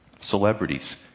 celebrities